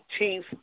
18th